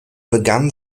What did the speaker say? begann